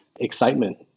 excitement